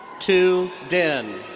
tu dinh.